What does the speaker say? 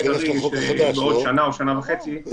שהיא בעוד שנה או שנה וחצי.